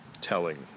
telling